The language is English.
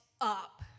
up